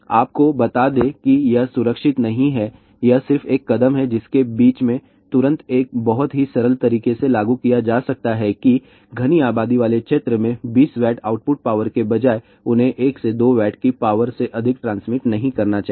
आपको बता दें कि यह सुरक्षित नहीं है यह सिर्फ एक कदम है जिसके बीच में तुरंत एक बहुत ही सरल तरीके से लागू किया जा सकता है कि घनी आबादी वाले क्षेत्र में 20 W आउटपुट पावर के बजाय उन्हें 1 से 2 W की पावर से अधिक ट्रांसमिट नहीं करना चाहिए